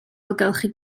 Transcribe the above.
ailgylchu